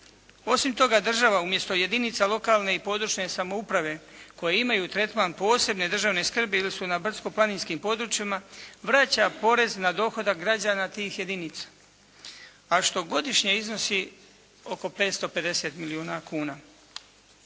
Osim toga, država umjesto jedinica lokalne i područne samouprave koje imaju tretman posebne državne skrbi ili su na brdsko-planinskim područjima vraća porez na dohodak građana tih jedinica a što godišnje iznosi oko 550 milijuna kuna.